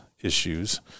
issues